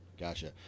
Gotcha